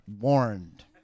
warned